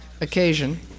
occasion